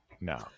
no